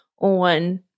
on